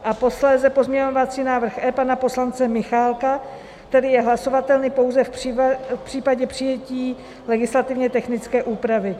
A posléze pozměňovací návrh E pana poslance Michálka, který je hlasovatelný pouze v případě přijetí legislativně technické úpravy.